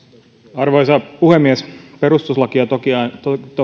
arvoisa puhemies perustuslakia